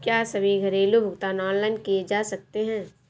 क्या सभी घरेलू भुगतान ऑनलाइन किए जा सकते हैं?